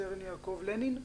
יוסי בן שמחון,